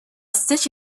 stitch